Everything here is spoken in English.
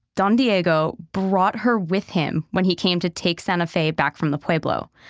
don diego brought her with him when he came to take santa fe back from the pueblo,